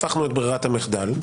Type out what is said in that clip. ברירת המחדל,